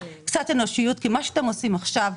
קצת אנושיות כי מה שאתם עושים עכשיו,